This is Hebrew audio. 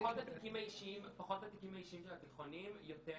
פחות התיקים האישיים של התיכונים, יותר